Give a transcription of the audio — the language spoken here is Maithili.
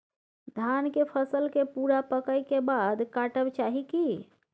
धान के फसल के पूरा पकै के बाद काटब चाही की?